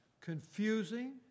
confusing